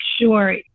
sure